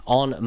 on